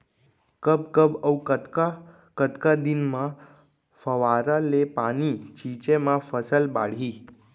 कब कब अऊ कतका कतका दिन म फव्वारा ले पानी छिंचे म फसल बाड़ही?